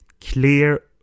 clear